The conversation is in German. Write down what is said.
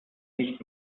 nicht